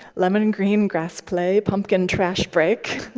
lemon and green grassplay, pumpkin trash break,